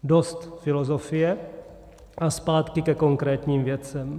Dost filozofie a zpátky ke konkrétním věcem.